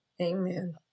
Amen